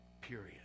Period